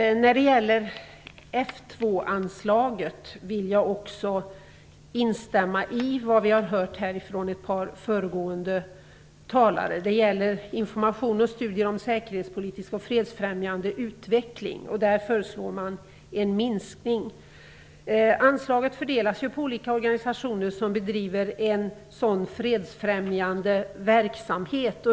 När det gäller F 2-anslaget vill jag instämma i vad vi har hört från ett par föregående talare. Det gäller information om och studier av säkerhetspolitik och fredsfrämjande utveckling. Där föreslås en minskning. Anslaget fördelas på olika organisationer som bedriver en sådan fredsfrämjande verksamhet.